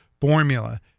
formula